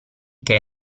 che